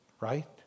Right